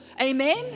Amen